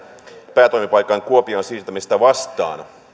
päätoimipaikan kuopioon siirtämistä vastaan